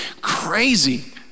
crazy